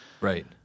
Right